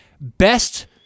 best